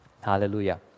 Hallelujah